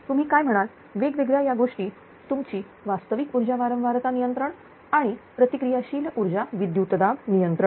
तुम्ही काय म्हणाल वेगवेगळ्या या गोष्टी तुमची वास्तविक ऊर्जा वारंवारता नियंत्रण आणि प्रतिक्रिया शील ऊर्जा विद्युतदाब नियंत्रण